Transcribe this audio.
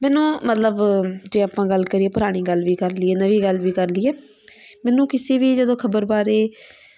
ਮੈਨੂੰ ਮਤਲਬ ਜੇ ਆਪਾਂ ਗੱਲ ਕਰੀਏ ਪੁਰਾਣੀ ਗੱਲ ਵੀ ਕਰ ਲਈਏ ਨਵੀਂ ਗੱਲ ਵੀ ਕਰ ਲਈਏ ਮੈਨੂੰ ਕਿਸੇ ਵੀ ਜਦੋਂ ਖਬਰ ਬਾਰੇ